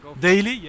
daily